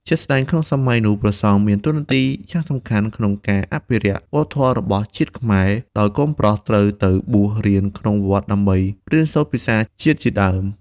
ជាក់ស្ដែង ក្នុងសម័យនោះ ព្រះសង្ឃមានតួនាទីយ៉ាងសំខាន់ក្នុងការអភិរក្សវប្បធម៌របស់ជាតិខ្មែរ ដោយកូនប្រុសត្រូវទៅបួសរៀនក្នុងវត្តដើម្បីរៀនសូត្រភាសាជាតិជាដើម។